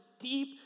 deep